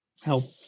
help